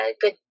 good